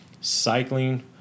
cycling